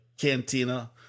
cantina